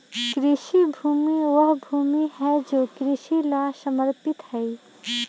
कृषि भूमि वह भूमि हई जो कृषि ला समर्पित हई